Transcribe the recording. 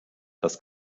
das